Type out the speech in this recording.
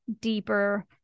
deeper